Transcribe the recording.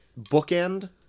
bookend